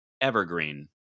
Evergreen